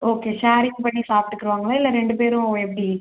okay sharing பண்ணி சாப்பிட்டுக்குவாங்களா இல்லை ரெண்டு பேரும் எப்படி